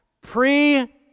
pre-